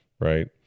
right